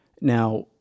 Now